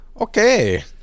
Okay